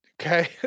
Okay